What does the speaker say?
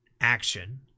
action